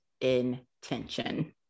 intention